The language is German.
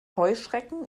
heuschrecken